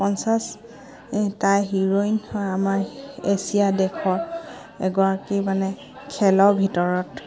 পঞ্চাছ তাই হিৰ'ইয় আমাৰ এছিয়া দেশৰ এগৰাকী মানে খেলৰ ভিতৰত